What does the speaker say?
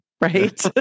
right